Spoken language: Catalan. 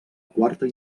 quarta